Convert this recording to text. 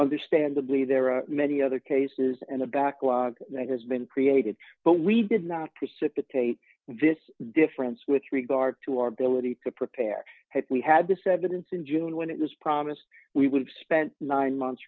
nderstandably there are many other cases and a backlog that has been created but we did not precipitate this difference with regard to our ability to prepare had we had this evidence in june when it was promised we would have spent nine months